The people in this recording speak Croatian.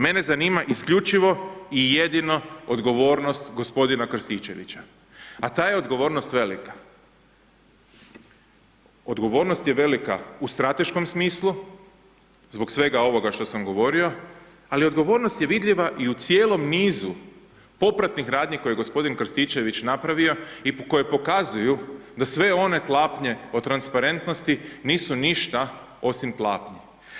Mene zanima isključivo i jedino odgovornost gospodina Krstičevića, a ta je odgovornost velika, odgovornost je velika u strateškom smislu zbog svega ovoga što sam govorio, ali odgovornost je vidljiva i u cijelom nizu popratnih radnji koje je gospodin Krstičević napravio i koje pokazuju da sve one tlapnje o transparentnosti nisu ništa osim tlapnji.